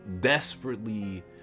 desperately